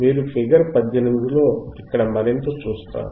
మీరు ఫిగర్ 18 లో ఇక్కడ మరింత చూస్తారు